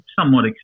somewhat